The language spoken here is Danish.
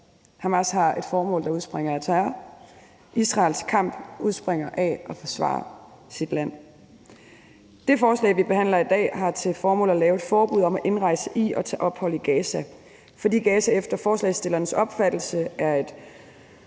Hamas har et formål, der udspringer af terror; Israels kamp udspringer af et forsvar for sit land. Det forslag, vi behandler i dag, har til formål at lave et forbud mod at indrejse i og tage ophold i Gaza, fordi Gaza efter forslagsstillernes opfattelse er et